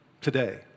today